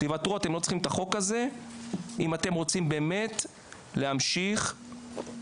אתם לא צריכים את החוק הזה אם אתם רוצים באמת להמשיך לשמור,